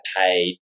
paid